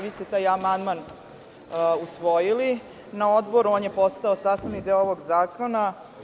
Vi ste taj amandman usvojili na Odboru i on je postao sastavni deo ovog zakona.